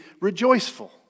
rejoiceful